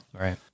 Right